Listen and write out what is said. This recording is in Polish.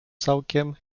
całkiem